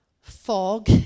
fog